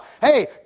hey